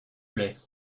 plaît